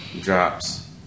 drops